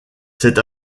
c’est